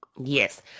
Yes